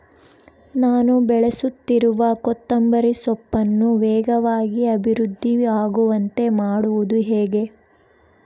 ನಾನು ಬೆಳೆಸುತ್ತಿರುವ ಕೊತ್ತಂಬರಿ ಸೊಪ್ಪನ್ನು ವೇಗವಾಗಿ ಅಭಿವೃದ್ಧಿ ಆಗುವಂತೆ ಮಾಡುವುದು ಹೇಗೆ?